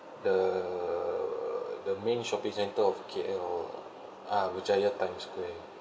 the the main shopping centre of K_L ah berjaya times square